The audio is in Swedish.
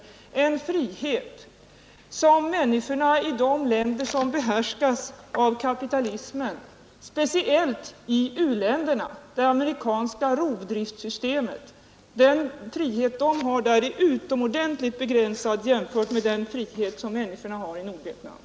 Friheten för människorna i de länder — speciellt i u-länderna — som behärskas av kapitalismen, av det amerikanska rovdriftssystemet, är utomordentligt begränsad jämförd med den frihet som människorna har i Nordvietnam.